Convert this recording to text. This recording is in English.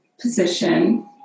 position